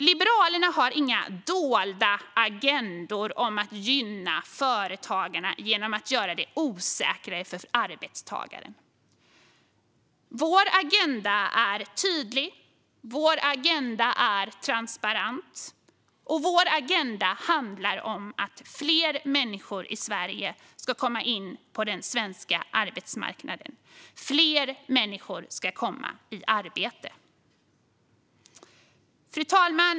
Liberalerna har inga dolda agendor om att gynna företagarna genom att göra det osäkrare för arbetstagaren. Vår agenda är tydlig, vår agenda är transparent och vår agenda handlar om att fler människor i Sverige ska komma in på den svenska arbetsmarknaden. Fler människor ska komma i arbete. Fru talman!